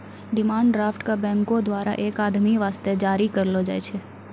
demand draft क बैंको द्वारा एक आदमी वास्ते जारी करलो जाय छै